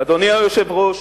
אדוני היושב-ראש,